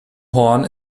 horn